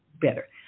better